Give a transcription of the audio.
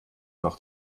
noch